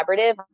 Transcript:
collaborative